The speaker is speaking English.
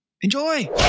enjoy